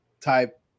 type